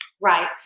right